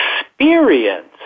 experience